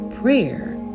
Prayer